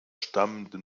stammende